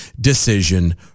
decision